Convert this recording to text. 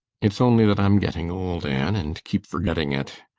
it's only that i'm getting old, anne, and keep forgetting it.